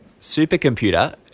Supercomputer